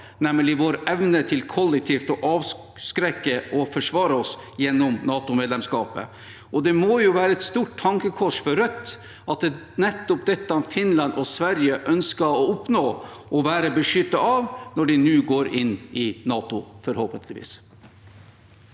nemlig vår evne til kollektivt å avskrekke og forsvare oss gjennom NATO-medlemskapet. Det må jo være et stort tankekors for Rødt at det er nettopp dette Finland og Sverige ønsker å oppnå å være beskyttet av, når de nå forhåpentligvis